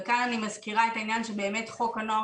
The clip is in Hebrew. וכאן אני מזכירה את העניין שחוק הנוער